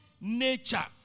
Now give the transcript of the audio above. nature